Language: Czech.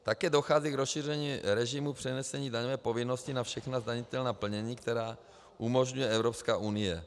Také dochází k rozšíření režimu přenesení daňové povinnosti na všechna zdanitelná plnění, která umožňuje Evropské unie.